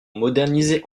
moderniser